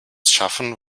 schaffen